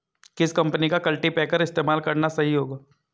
किस कंपनी का कल्टीपैकर इस्तेमाल करना सही होगा?